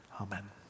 Amen